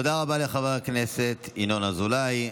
תודה רבה לחבר הכנסת ינון אזולאי.